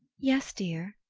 yes, dear?